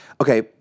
okay